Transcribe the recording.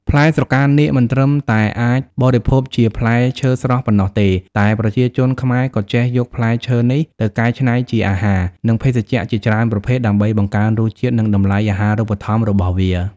ផ្លែស្រកានាគមិនត្រឹមតែអាចបរិភោគជាផ្លែឈើស្រស់ប៉ុណ្ណោះទេ តែប្រជាជនខ្មែរក៏ចេះយកផ្លែឈើនេះទៅកែច្នៃជាអាហារ និងភេសជ្ជៈជាច្រើនប្រភេទ ដើម្បីបង្កើនរសជាតិ និងតម្លៃអាហារូបត្ថម្ភរបស់វា។